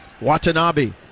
Watanabe